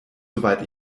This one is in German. soweit